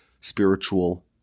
spiritual